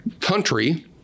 country